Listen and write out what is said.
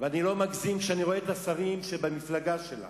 אני לא מגזים, כשאני רואה את השרים במפלגה שלה,